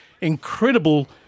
incredible